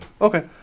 Okay